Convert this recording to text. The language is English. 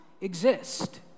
exist